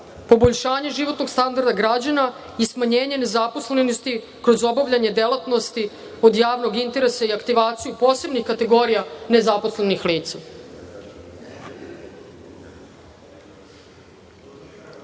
Poboljšanje životnog standarda građana i smanjenje nezaposlenosti kroz obavljanje delatnosti od javnog interesa i aktivacija posebnih kategorija nezaposlenih